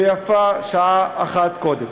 ויפה שעה אחת קודם.